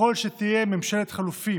יכול שתהיה ממשלת חילופים,